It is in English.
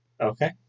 Okay